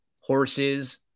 horses